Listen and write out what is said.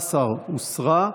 19 הוסרה.